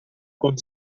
con